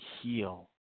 heal